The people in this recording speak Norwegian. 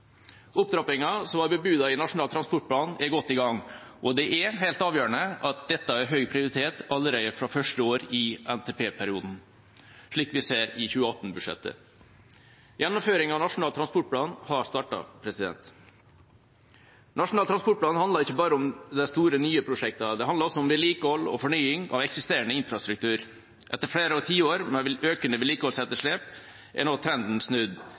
som var bebudet i Nasjonal transportplan, er godt i gang, og det er helt avgjørende at dette har høy prioritet allerede fra første år i NTP-perioden, slik vi ser i 2018-budsjettet. Gjennomføringen av Nasjonal transportplan har startet. Nasjonal transportplan handler ikke bare om de store nye prosjektene. Den handler også om vedlikehold og fornying av eksisterende infrastruktur. Etter flere tiår med økende vedlikeholdsetterslep er nå trenden snudd.